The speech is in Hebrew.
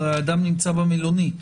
הרי אדם נמצא במלונית.